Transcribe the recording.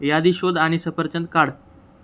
यादी शोध आणि सफरचंद काढ